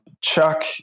Chuck –